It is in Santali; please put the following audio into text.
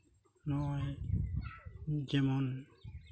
ᱱᱚᱜᱼᱚᱸᱭ ᱡᱮᱢᱚᱱ